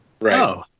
Right